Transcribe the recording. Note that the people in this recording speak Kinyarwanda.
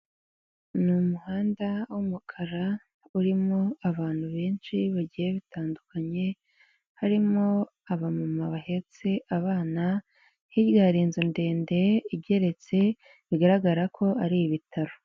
Ni umuhanda w'umukara urimo abantu benshi bagiye bitandukanye, harimo abamama bahetse abana, hirya hari inzu ndende igeretse bigaragara ko ari ibitaro.